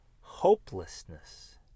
Hopelessness